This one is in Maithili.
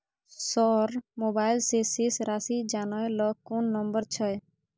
सर मोबाइल से शेस राशि जानय ल कोन नंबर छै?